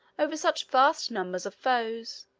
over such vast numbers of foes,